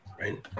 right